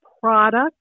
product